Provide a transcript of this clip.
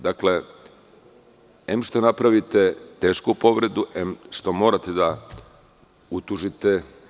Dakle, em što napravite tešku povredu, em što morate da utužite…